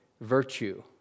virtue